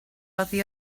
oddi